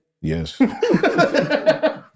Yes